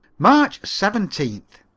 march seventeenth.